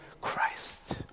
Christ